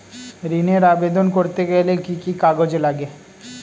ঋণের আবেদন করতে গেলে কি কি কাগজ লাগে?